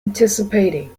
anticipating